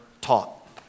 taught